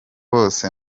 bose